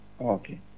Okay